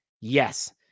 Yes